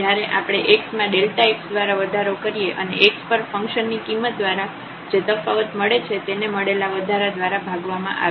જ્યારે આપણે x માં x દ્વારા વધારો કરીએ અને x પર ફંકશન ની કિંમત દ્વારા જે તફાવત મળે છે તેને મળેલા વધારા દ્વારા ભાગવામાં આવે છે